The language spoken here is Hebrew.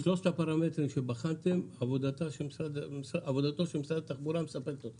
בשלושת הפרמטרים שבחרתם עבודתו של משרד התחבורה מספקת אתכם